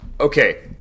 Okay